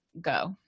go